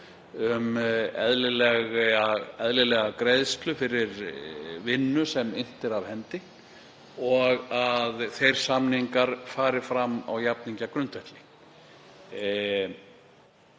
um eðlilega greiðslu fyrir vinnu sem innt er af hendi og að þeir samningar fari fram á jafningjagrundvelli.